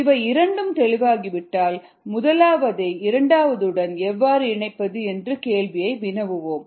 இவை இரண்டும் தெளிவாகிவிட்டால் முதலாவதை இரண்டாவதுடன் எவ்வாறு இணைப்பது என்ற கேள்வியை வினவுவோம்